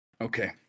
Okay